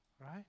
Right